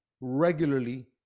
regularly